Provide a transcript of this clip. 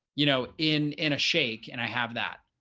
you know, in in a shake and i have that.